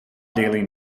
daily